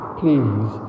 please